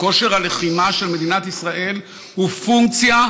כושר הלחימה של מדינת ישראל הוא פונקציה,